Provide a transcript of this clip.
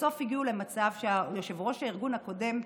בסוף הגיעו למצב שיושב-ראש הארגון הקודם,